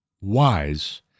wise